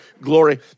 glory